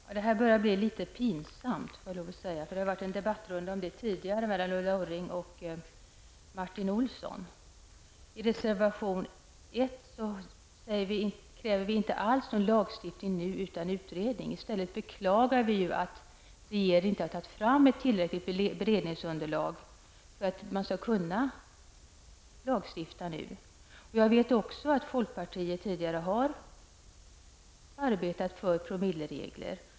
Herr talman! Detta börjar bli litet pinsamt. Det har redan tidigare varit en debattrunda om detta mellan I reservation 1 kräver vi inte alls någon lagstiftning nu utan en utredning. Vi beklagar att regeringen inte har tagit fram ett tillräckligt beredningsunderlag för att man skall kunna lagstifta nu. Jag vet också att folkpartiet tidigare har arbetat för promilleregler.